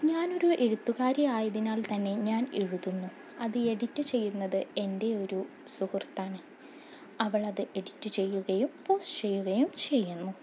ഞാൻ ഒരു എഴുത്തുകാരി ആയതിനാൽ തന്നെ ഞാൻ എഴുതുന്നു അത് എഡിറ്റ് ചെയ്യുന്നത് എൻ്റെ ഒരു സുഹൃത്താണ് അവൾ അത് എഡിറ്റ് ചെയ്യുകയും പോസ്റ്റ് ചെയ്യുകയും ചെയ്യുന്നു